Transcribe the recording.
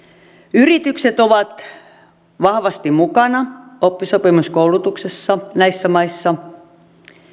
yritykset ovat vahvasti mukana oppisopimuskoulutuksessa näissä maissa